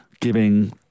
giving